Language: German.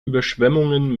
überschwemmungen